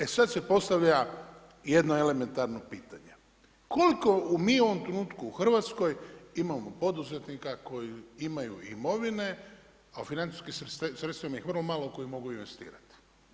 E sad se postavlja jedno elementarno pitanje, koliko mi u ovom trenutku u Hrvatskoj imamo poduzetnika koji imaju imovine, a u financijskim sredstvima ih ima vrlo malo koji mogu investirati.